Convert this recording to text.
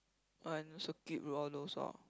oh and also cute lor all those lor